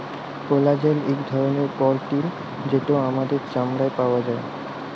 collagen ইক ধরলের protein যেট আমাদের চামড়ায় পাউয়া যায়